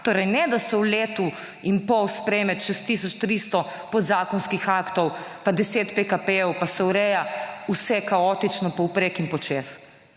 Torej, ne da se v letu in pol sprejme čez tisoč 300 podzakonskih aktov pa 10 PKP pa se ureja vse kaotično povprek in počez.